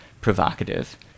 provocative